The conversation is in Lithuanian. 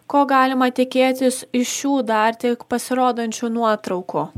ko galima tikėtis iš šių dar tik pasirodančių nuotraukų